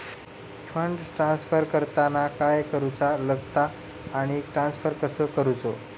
Fund transfer करताना काय करुचा लगता आनी ट्रान्स्फर कसो करूचो?